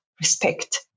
respect